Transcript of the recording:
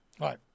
right